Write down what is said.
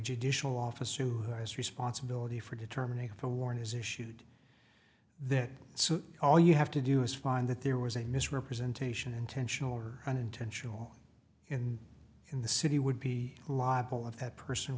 judicial officer has responsibility for determining if a warrant is issued then so all you have to do is find that there was a misrepresentation intentional or unintentional and in the city would be liable if that person